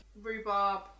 rhubarb